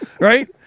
right